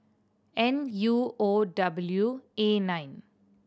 N U O W A nine